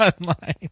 online